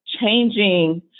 changing